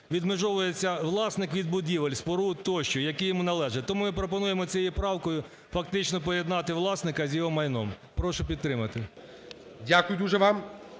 відмежовується власник від будівель, споруд тощо, які йому належать. Тому пропонуємо цією правкою фактично поєднати власника з його майном. Прошу підтримати. ГОЛОВУЮЧИЙ. Дякую дуже вам.